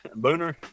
booner